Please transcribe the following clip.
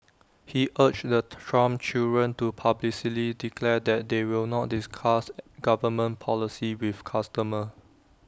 he urged the Trump children to publicly declare that they will not discuss government policy with customers